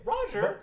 Roger